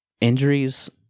Injuries